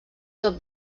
tot